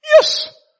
Yes